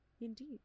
indeed